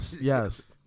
yes